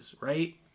right